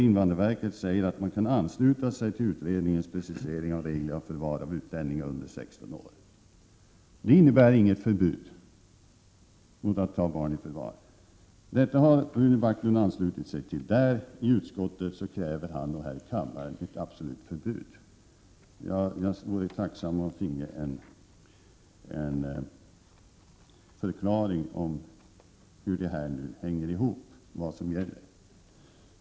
Invandrarverkets styrelse säger att man kan ansluta sig till utredningens precisering av vad som gäller förvaring av utlänningar under 16 år. Det innebär inget förbud mot att ta barn i förvar. Detta har Rune Backlund anslutit sig till i invandrarverkets styrelse. I utskottet och här i kammaren rekommenderar han ett absolut förbud. Jag vore tacksam om jag finge en förklaring hur det här hänger ihop och vad som gäller.